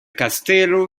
kastelo